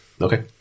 Okay